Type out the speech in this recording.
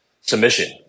submission